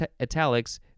italics